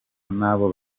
n’aba